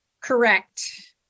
Correct